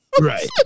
Right